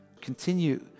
Continue